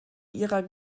ihrer